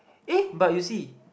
eh but you see